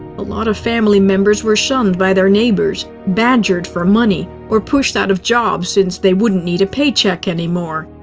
a lot of family members were shunned by their neighbors, badgered for money, or pushed out of jobs since they wouldn't need a paycheck anymore.